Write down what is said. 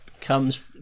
comes